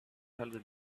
hundred